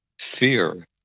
fear